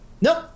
Nope